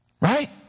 Right